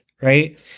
right